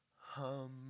Hum